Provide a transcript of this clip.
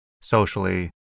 socially